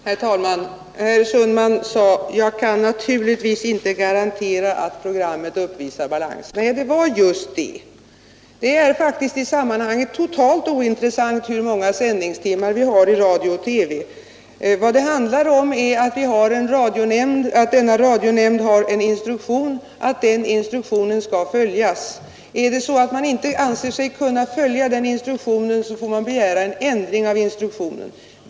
Herr talman! Herr Sundman sade att han naturligtvis inte kan garantera att programverksamheten uppvisar balans. Nej, det var just det det gällde. Det är faktiskt i detta sammanhang totalt ointressant hur många sändningstimmar som förekommer i radio och TV. Vad det handlar om är att radionämnden har en instruktion, som skall följas. Anser man sig inte kunna följa denna instruktion, får man göra en ändring av den.